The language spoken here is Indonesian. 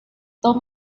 tom